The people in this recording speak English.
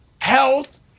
health